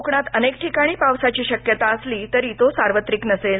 कोकणात अनेक ठिकाणी पावसाची शक्यता असली तरी तो सार्वत्रिक नसेल